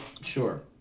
sure